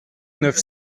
neuf